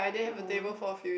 at home